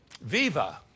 Viva